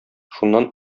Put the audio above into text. шуннан